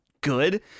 good